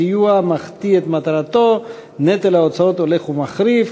הסיוע מחטיא את מטרתו ונטל ההוצאות הולך ומחריף.